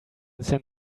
send